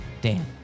Dan